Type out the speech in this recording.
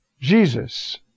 Jesus